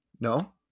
No